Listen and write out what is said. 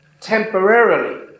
Temporarily